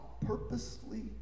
purposely